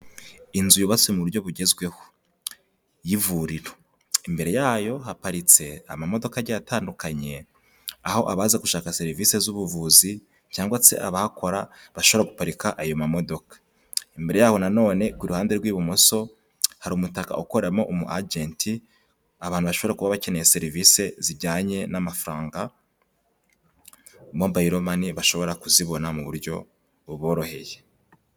Inzu yubatse mu buryo bugezweho, y'ivuriro. Imbere yayo haparitse amamodoka agiye atandukanye, aho abaza gushaka serivisi z'ubuvuzi, cyangwa se abahakora, bashaka guparika ayo mamodoka. Imbere yaho na none, ku ruhande rw'ibumoso, hari umutaka ukoramo umwagenti, abantu bashobora kuba bakeneye serivisi zijyanye n'amafaranga, Mobile Money, bashobora kuzibona mu buryo buboroheye.